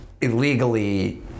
illegally